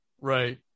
Right